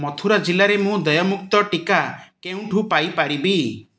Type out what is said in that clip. ମଥୁରା ଜିଲ୍ଲାରେ ମୁଁ ଦେୟମୁକ୍ତ ଟିକା କେଉଁଠୁ ପାଇପାରିବି